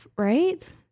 Right